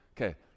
okay